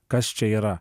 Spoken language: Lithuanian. kas čia yra